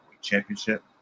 Championship